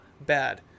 bad